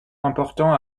important